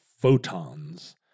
photons